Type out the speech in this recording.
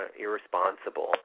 irresponsible